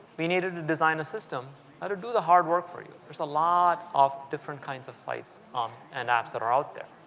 we needed to design a system that would do the hard work for you. there's a lot of different kinds of sites um and apps out there.